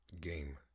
game